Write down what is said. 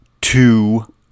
two